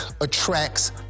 attracts